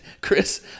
Chris